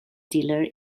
dealer